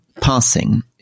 passing